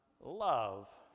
love